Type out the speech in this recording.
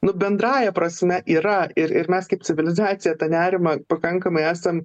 nu bendrąja prasme yra ir ir mes kaip civilizacija tą nerimą pakankamai esam